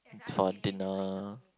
for dinner